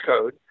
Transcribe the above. code